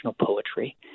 poetry